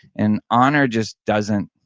and honor just doesn't